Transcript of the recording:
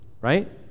right